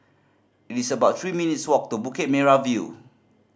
it's about three minutes' walk to Bukit Merah View